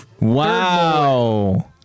Wow